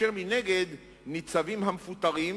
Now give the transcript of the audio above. ומנגד ניצבים המפוטרים,